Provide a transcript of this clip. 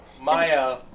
Maya